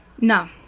No